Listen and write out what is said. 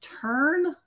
turn